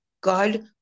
God